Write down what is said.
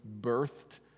birthed